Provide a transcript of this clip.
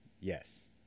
Yes